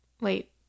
Wait